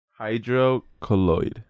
hydrocolloid